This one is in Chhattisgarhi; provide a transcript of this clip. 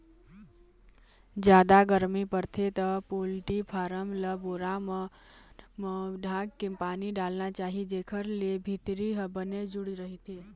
जादा गरमी परथे त पोल्टी फारम ल बोरा मन म ढांक के पानी डालना चाही जेखर ले भीतरी ह बने जूड़ रहिथे